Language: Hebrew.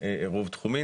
עירוב תחומים.